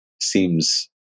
seems